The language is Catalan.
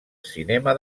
cinema